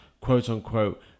quote-unquote